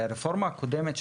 הרי הרפורמה הקודמת,